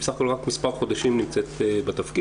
בסך הכל רק כמה חודשים היא נמצאת בתפקיד,